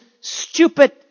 stupid